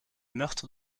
meurtre